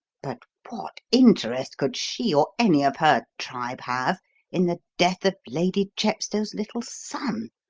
but what interest could she or any of her tribe have in the death of lady chepstow's little son?